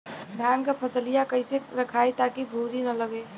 धान क फसलिया कईसे रखाई ताकि भुवरी न लगे?